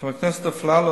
חבר הכנסת אפללו,